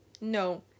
No